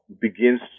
begins